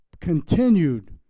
continued